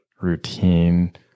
routine